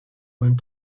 went